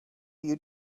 you